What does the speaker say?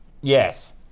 Yes